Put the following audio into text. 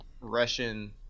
Russian